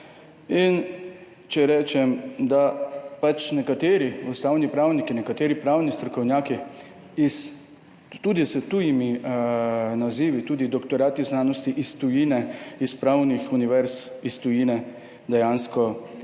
ustavnega zakona. Nekateri ustavni pravniki, nekateri pravni strokovnjaki, tudi s tujimi nazivi, tudi z doktorati znanosti iz tujine, iz pravnih univerz iz tujine, dejansko takšni